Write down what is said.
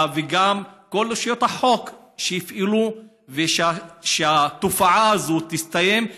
וגם כל רשויות החוק יפעלו ושהתופעה הזאת תסתיים,